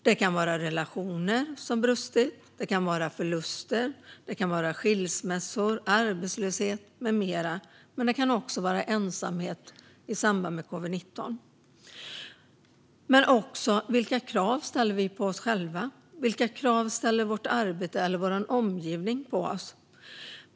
Det kan vara relationer som brustit, det kan vara förluster, skilsmässor, arbetslöshet med mera. Men det kan också vara ensamhet i samband med covid-19. Det kan också handla om vilka krav som vi ställer på oss själva. Vilka krav ställer vårt arbete eller vår omgivning på oss?